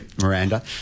Miranda